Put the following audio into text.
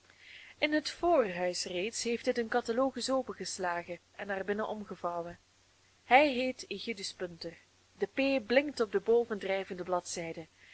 in het voorhuis reeds heeft hij den catalogus opengeslagen en naar binnen omgevouwen hij heel aegidus punter de p blinkt op de bovendrijvende bladzijde